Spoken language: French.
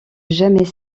jamais